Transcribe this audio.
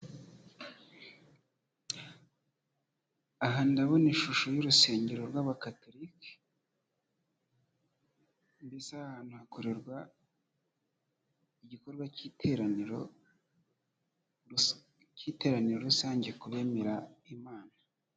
Aha ndabona ishusho y'urusengero rw'abakatolike mbese aha hantu hakorerwa igikorwa cy' iteraniro rusange ku bemera imana.